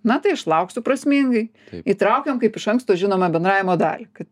na tai aš lauksiu prasmingai įtraukiam kaip iš anksto žinomą bendravimo dalį kad